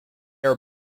are